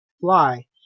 fly